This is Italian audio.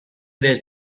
del